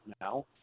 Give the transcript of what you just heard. now